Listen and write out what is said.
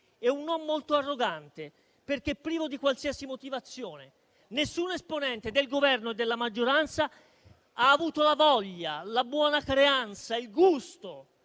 un no molto arrogante, perché privo di qualsiasi motivazione: nessun esponente del Governo e della maggioranza ha avuto la voglia, la buona creanza o il gusto